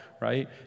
right